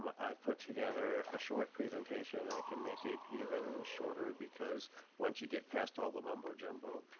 but i've put together a short presentation. and i can make it even shorter, because once you get past all the mumbo-jumbo,